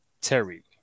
Terry